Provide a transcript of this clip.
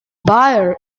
baer